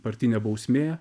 partinė bausmė